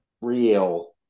real